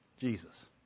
Jesus